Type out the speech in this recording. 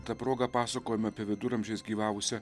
ta proga pasakojame apie viduramžiais gyvavusią